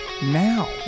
Now